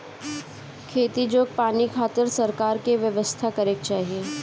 खेती जोग पानी खातिर सरकार के व्यवस्था करे के चाही